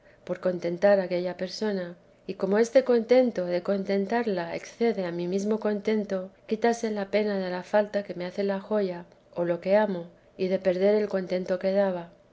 por contentar aquella persona y como este contento de contentarla excede a mi mesmo contento quítase la pena de la falta que me hace la joya o lo que amo y de perder el contento que daba